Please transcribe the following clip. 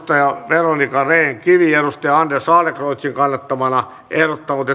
veronica rehn kivi on anders adlercreutzin kannattamana ehdottanut